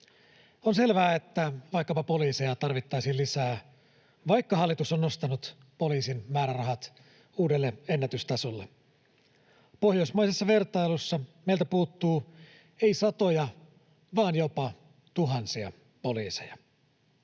On selvää, että vaikkapa poliiseja tarvittaisiin lisää, vaikka hallitus on nostanut poliisin määrärahat uudelle ennätystasolle. Pohjoismaisessa vertailussa meiltä puuttuu ei satoja vaan jopa tuhansia poliiseja.